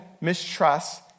mistrust